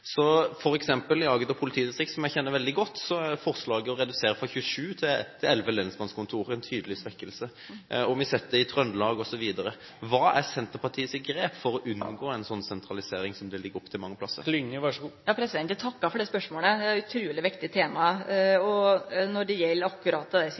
i distriktene. For eksempel i Agder politidistrikt, som jeg kjenner veldig godt, er forslaget å redusere fra 27 til elleve lensmannskontorer – en tydelig svekkelse – og vi har sett det i Trøndelag osv. Hva er Senterpartiets grep for å unngå en slik sentralisering, som det legges opp til mange steder? Eg takkar for det spørsmålet, det er eit utruleg viktig tema. Når det